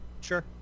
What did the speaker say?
Sure